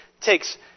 takes